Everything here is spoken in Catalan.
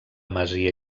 masia